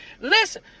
listen